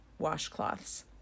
Washcloths